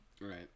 right